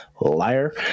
liar